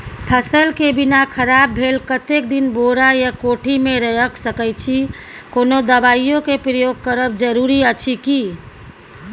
फसल के बीना खराब भेल कतेक दिन बोरा या कोठी मे रयख सकैछी, कोनो दबाईयो के प्रयोग करब जरूरी अछि की?